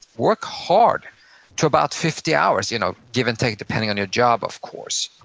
work hard to about fifty hours, you know give and take depending on your job of course.